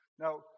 Now